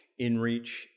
inreach